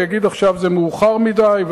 ויגיד: עכשיו מאוחר מדי,